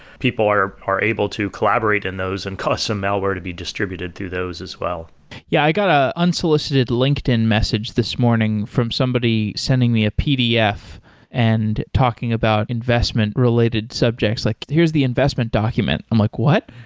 people are are able to collaborate in those and cause some malware to be distributed through those as well yeah. i got a unsolicited linkedin message this morning from somebody sending me a pdf and talking about investment-related subjects, like here's the investment document. i'm like, what?